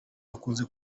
hakunze